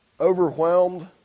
overwhelmed